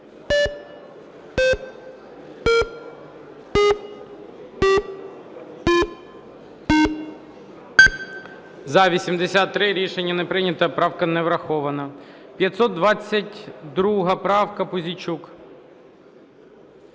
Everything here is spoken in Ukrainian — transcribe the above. За-83 Рішення не прийнято. Правка не врахована. 522 правка, Пузійчук.